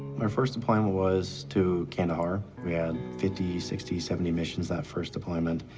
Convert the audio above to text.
my first deployment was to kandahar. we had fifty, sixty, seventy missions that first deployment.